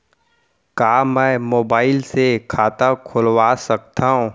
का मैं मोबाइल से खाता खोलवा सकथव?